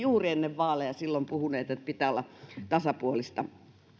juuri ennen vaaleja silloin puhuneet että pitää olla tasapuolista